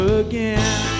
again